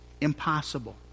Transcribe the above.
impossible